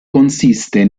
consiste